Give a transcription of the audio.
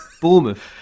Bournemouth